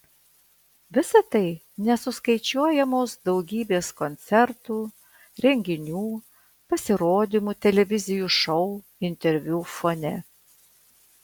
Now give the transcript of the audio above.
visa tai nesuskaičiuojamos daugybės koncertų renginių pasirodymų televizijų šou interviu fone